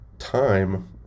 time